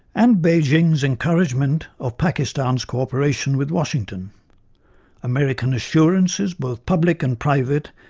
and beijing's encouragement of pakistan's cooperation with washington american assurances, both public and private,